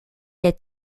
est